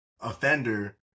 offender